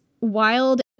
wild